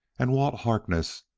and walt harkness,